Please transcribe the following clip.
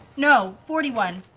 no, forty one.